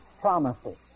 promises